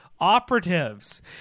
operatives